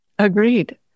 Agreed